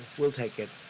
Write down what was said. we'll take it.